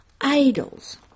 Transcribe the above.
idols